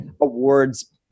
awards